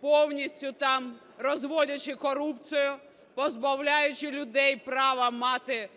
повністю там розводячи корупцію, позбавляючи людей права мати